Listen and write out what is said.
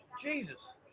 Jesus